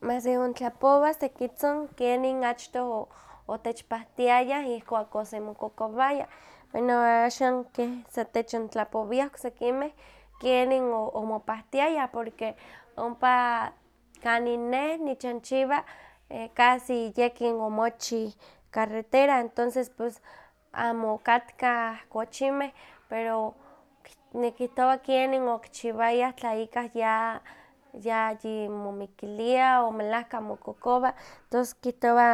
Ma seontlapowa sekitzin kenin achtoh o- otechpahtiayah ihkuak osemokokowaya. Bueno axan keh sa techontlapowiah, oksekinmeh kenin omopahtiaya, porque ompa kanin nech nichanchiwa casi yekin omochih carretara entonces pues amo okatkah cochimeh, pero nikihtowa kienin okichiwayah tla ikah ya yayi momikiliah o melehka mokokowa, tos kihtowa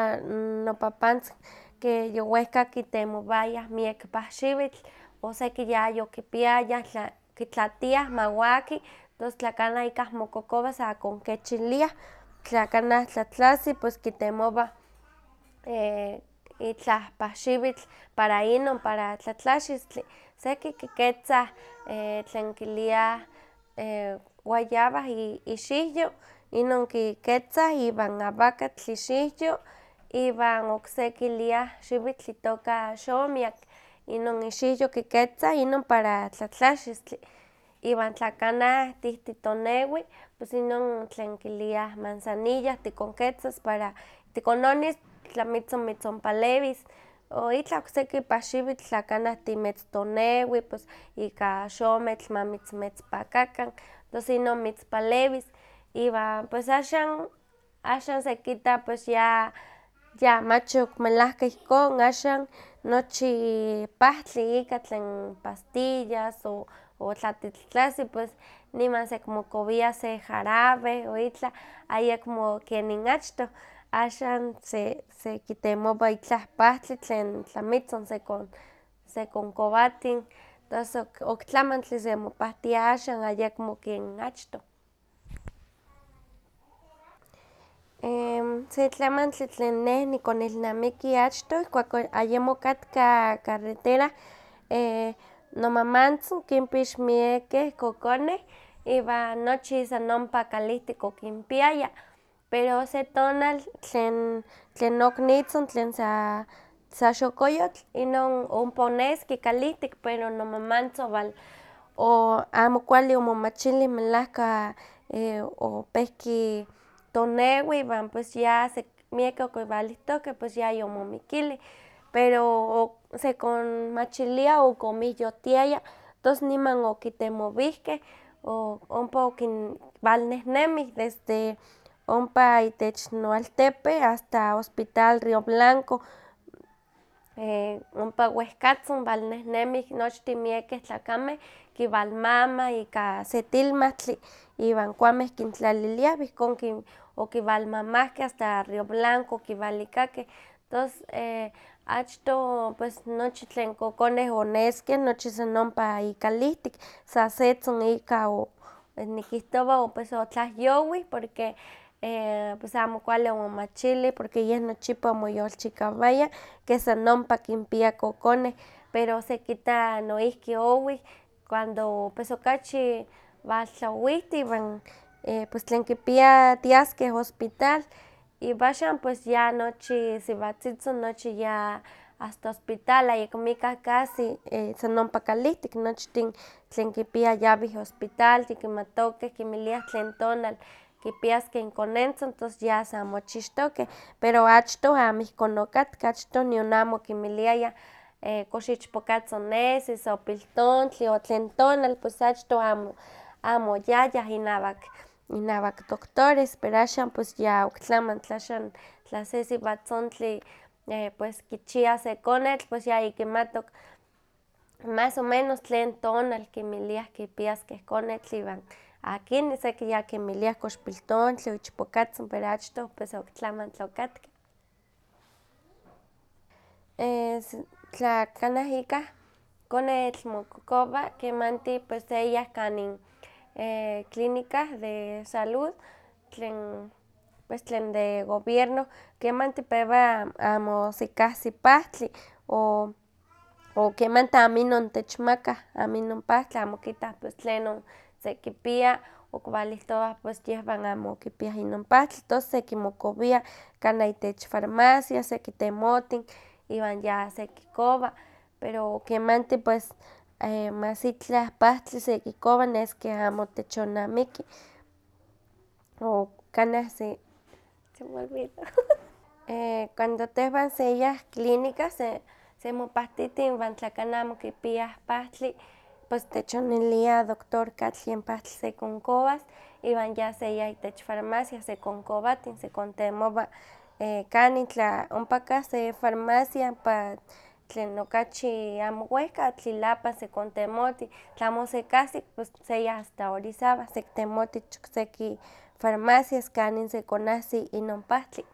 nopapantzin que yowehka okitemowayah miek pahxiwitl, o seki yayokipayah kitlatiah ma waki, tos tla kanah ikah mokokowa sa konkechiliah, tla kanah tlatlasi pues kitemowah itlah pahxiwitl para inon, para tlatlaxistli, seki kiketza tlen kiliah guayaba ixiwyo, inon kiketza iwan awakatl ixiwyo, iwan okse kiliah xiwitl itoka xomiak, inon ixiwyo kiketzah inon para tlatlaxistli, iwan tla kanah tihtitonewi, pues inon tlen kiliah manzanilla tikonketzas para tikononis tlamitzin mitzonpalewis, o itlah okseki pahxiwitl tla kanah timetztonewi ika xometl ma mitzmetzpakakan tos inon mitzpalewis. Iwan pues axan, axan sekita pues ya yamachokmelahka ihkon, axan nochi pahtli ika tlen pastillas o tla titlatlasi niman sekimokowia se jarabe o itlah, ayekmo kemih achtoh, axan sekitemowa itlah pahtli tlen tlamitzin sekon- sekonkowatin, tos oktlamantli se mopahtia axa, ayekmo kemih achtoh. Se tlamantli tlen neh nikonilnamiki achtoh, ihkuak ayemo okatka carretera, nomamantzin, okinpixk miekeh kokoneh iwan nochi san ompa kalihtik okimpiaya, pero se tonal tlen tlen noknitzin tlen sa sa xokoyotl, inon ompa oneski kalihtik pero nomamantzin owal- o- amo kuali omomachilih, melahka opehki tonewi, iwa pues ya sa miak okiwalihtohkeh pues yayomomikilih, pero sekonmachilia ok omihyotiaya, tos niman okitemowihkeh, ompa okin walnehnemi desde ompa ich noaltepe asta hospital río blanco. ompa wehkatzin walnehnemih nochtin miek tlakameh, kiwalmamah ika se tilmahtli, iwan kuameh kintlaliliah iwa ihkon kin. okiwalmamahkeh asta río blanco okiwalikakeh, tos achtoh pues nochi tlen kokoneh oneskeh nochi san ompa ikalihtik, san setzin ika o nikihtowa otlahyowi porque pues amo kuali omomachilih, porque yeh nochipa ompa omoyolchikawaya keh san ompa kinpia kokoneh, pero sekita noihji owih, cuando pues okachi waltlaowihth iwan tlen kipia tiaskeh hospital iwan axan pues ya nochi siwatzitzin, nochi ya asta hospital ayekmikah casi san ompa kalihtik, nochtin tlen kipiah yawih hospital, ya kimatoken tlen tonal kipiaskeh inkonentzin, tos ya sa mochixtokeh, pero achtoh amo ihkon okatka, achtoh nion amo okinmiliayah kox ichpokatzin nesis o piltontli o tlen tonal pues achtoh amo amo oyayah inawan inawah doctores, pero pues axan ya oktlamantli, axan tla se siwatzintli pues kichia se konetl, pues yayikimatok, mas o menos tlen tonal kinmiliah kipiaskeh konetl iwan akini, seki ya kinmiliah kox piltontli o ichpokatzin pero achtoh pues oktlamantli okatka. Tla kanah ikah konetl mokokowa kemanti pues seyah kanin clínica de salud tlen pues tlen de gobierno, kemanti pewa amo sekahsi pahtli, o kemanti amo inon techmakah, amo kitah tlenon sekipia, o kiwalihtoeah pues yehwan amo kipiah inon pahltli tos sekimokowia kanah itech farmacia sekitemotin iwan ya sekikowa, pero kemanti pues mas itlah pahtli sekikowa, nes ke amo techonnamiki, o kanah se. Cuando tehwan seyah clínica se semopahtitin iwan tlakana amo kipiah pahtli pues techonilia doctor katlyen pahtli sekonkowas iwan ya seyas itech farmacia sekonkowatin, sekontemowa kanin tla ompakah se farmacia tlen okachi amo wehka, tlilapan sekontemotin, tlamo osekahsik, seyah asta orizaba sekitemotih ich okseki farmacias kan masekonahsi inon pahtli.